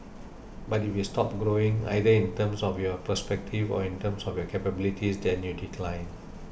but if you stop growing either in terms of your perspective or in terms of your capabilities then you decline